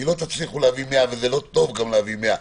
כי לא תצליחו להביא 100 וזה לא טוב להביא 100,